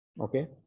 Okay